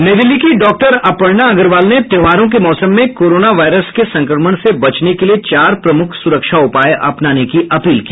नई दिल्ली की डॉक्टर अपर्णा अग्रवाल ने त्योहारों के मौसम में कोरोना वायरस के संक्रमण से बचने के लिए चार प्रमुख सुरक्षा उपाय अपनाने की अपील की